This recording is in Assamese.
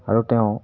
আৰু তেওঁ